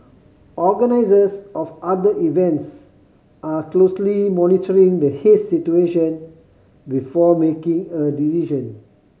organisers of other events are closely monitoring the haze situation before making a decision